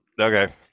Okay